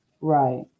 Right